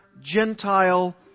Gentile